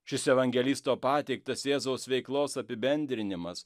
šis evangelisto pateiktas jėzaus veiklos apibendrinimas